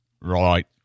Right